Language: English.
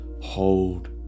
hold